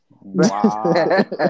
Wow